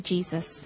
Jesus